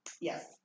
Yes